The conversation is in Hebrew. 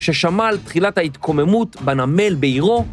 ששמע על תחילת ההתקוממות בנמל בעירו